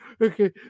Okay